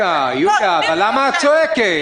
יוליה, למה את צועקת?